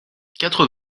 quatre